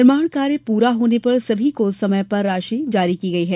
निर्माण कार्य पूरा होने पर सभी को समय पर राशि जारी की गई है